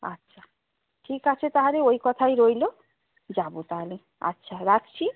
আচ্ছা ঠিক আছে তাহলে ওই কথাই রইলো যাবো তাহলে আচ্ছা রাখছি